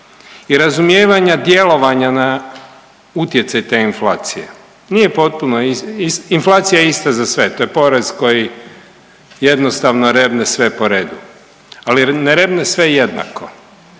i razumijevanja djelovanja na utjecaj te inflacije. Nije potpuno inflacija je ista za sve, to je porez koji jednostavno revne sve po redu, ali ne revne sve jednako.